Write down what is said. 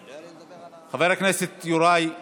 חבר הכנסת יוראי להב,